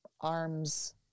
arms